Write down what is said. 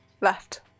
left